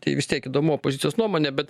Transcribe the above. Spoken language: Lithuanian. tai vis tiek įdomu opozicijos nuomonė bet